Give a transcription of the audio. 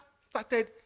started